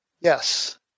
Yes